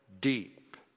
deep